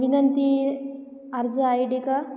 विनंती अर्ज I D का